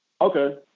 Okay